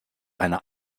eine